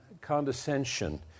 condescension